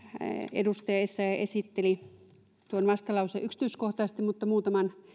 edustaja essayah esitteli tuon vastalauseen yksityiskohtaisesti mutta muutaman